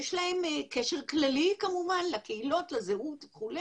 יש להן קשר כללי כמובן, לקהילות, לזהות וכו',